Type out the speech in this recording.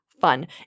fun